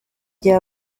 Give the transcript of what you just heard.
gihe